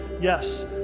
Yes